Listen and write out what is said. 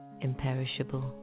imperishable